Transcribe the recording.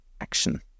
action